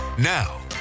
now